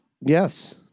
Yes